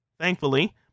Thankfully